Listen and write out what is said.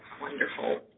wonderful